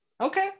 Okay